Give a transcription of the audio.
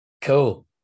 cool